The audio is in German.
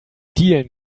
dielen